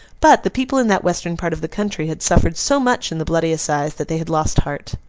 but the people in that western part of the country had suffered so much in the bloody assize, that they had lost heart.